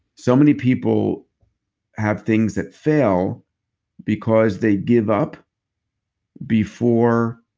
so many people have things that fail because they give up before